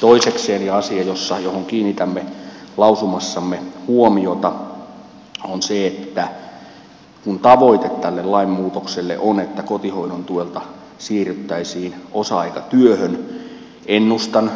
toisekseen asia johon kiinnitämme lausumassamme huomiota on se että kun tavoite tälle lainmuutokselle on että kotihoidon tuelta siirryttäisiin osa aikatyöhön ennustan